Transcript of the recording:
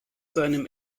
seinem